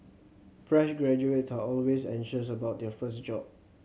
fresh graduates are always anxious about their first job